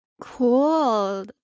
Cool